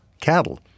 cattle